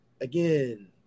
again